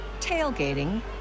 tailgating